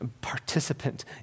participant